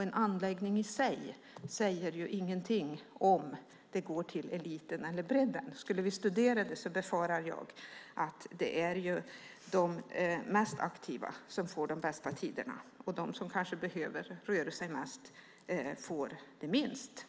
En anläggning i sig säger ingenting om pengarna går till eliten eller bredden. Skulle vi studera det befarar jag att vi skulle finna att de mest aktiva får de bästa tiderna, medan de som kanske behöver röra sig mest får det minsta.